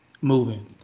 moving